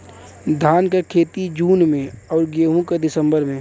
धान क खेती जून में अउर गेहूँ क दिसंबर में?